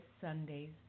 Sunday's